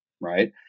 right